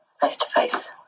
face-to-face